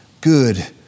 good